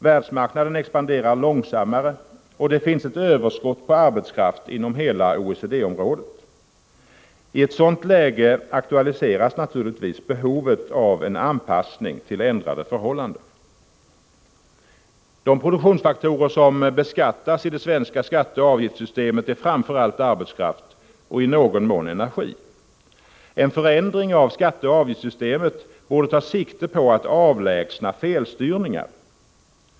Världsmarknaden expanderar långsammare, och det finns ett överskott på arbetskraft inom hela OECD-området. I ett sådant läge aktualiseras naturligtvis behovet av en anpassning till ändrade förhållanden. De produktionsfaktorer som beskattas i det svenska skatteoch avgiftssystemet är framför allt arbetskraft och i någon mån energi. En förändring av skatteoch avgiftssystemet borde ta sikte på att avlägsna felstyrningar.